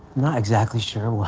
not exactly sure